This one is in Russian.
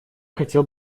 хотел